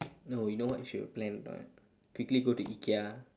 no you know what you should plan or not quickly go to IKEA